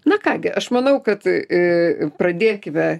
na ką gi aš manau kad į pradėkime